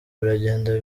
biragenda